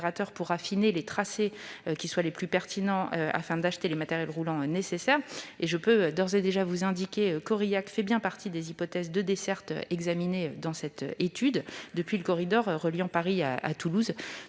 pour affiner les tracés qui soient les plus pertinents, afin d'acheter les matériels roulants nécessaires. Monsieur le sénateur, je peux d'ores et déjà vous indiquer qu'Aurillac fait bien partie des hypothèses de desserte examinées dans cette étude, depuis le corridor reliant Paris à Toulouse.